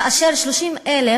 ואשר 30,000